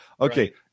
okay